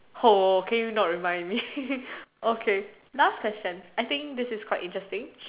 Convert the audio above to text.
[ho] can you not remind me okay last question I think this is quite interesting